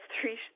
three